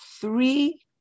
three